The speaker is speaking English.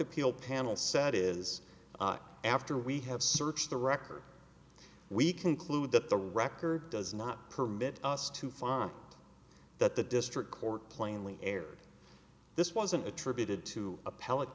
appeal panel said is after we have searched the record we conclude that the record does not permit us to find that the district court plainly erred this wasn't attributed to appell